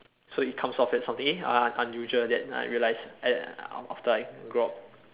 so it comes off as for me eh uh unusual that I realise aft~ after I grow up